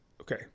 Okay